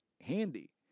handy